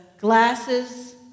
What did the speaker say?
glasses